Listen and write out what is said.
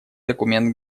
документ